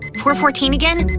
four-fourteen again?